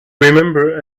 remember